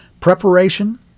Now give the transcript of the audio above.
Preparation